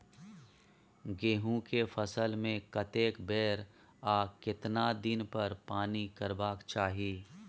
गेहूं के फसल मे कतेक बेर आ केतना दिन पर पानी परबाक चाही?